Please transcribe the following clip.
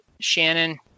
Shannon